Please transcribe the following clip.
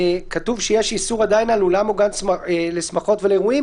כתוב שיש איסור על אולם או גן לשמחות ולאירועים